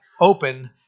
open